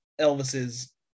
Elvis's